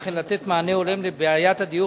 וכן לתת מענה הולם לבעיית הדיור